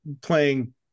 playing